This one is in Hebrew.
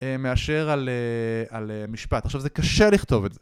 מאשר על משפט. עכשיו זה קשה לכתוב את זה.